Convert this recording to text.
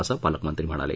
असं पालकमंत्री म्हणाले